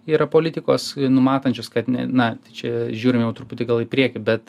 yra politikos numatančios kad na čia žiūrim jau truputį gal į priekį bet